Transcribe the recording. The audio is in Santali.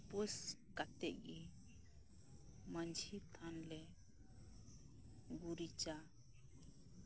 ᱩᱯᱟᱹᱥ ᱠᱟᱛᱮᱫ ᱜᱮ ᱢᱟᱹᱡᱷᱤ ᱛᱷᱱᱟ ᱞᱮ ᱜᱩᱨᱤᱡᱟ